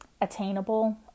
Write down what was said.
attainable